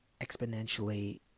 exponentially